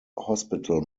hospital